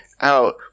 out